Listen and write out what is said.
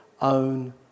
own